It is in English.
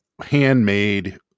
handmade